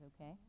okay